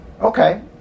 okay